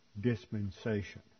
dispensation